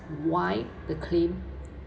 why the claim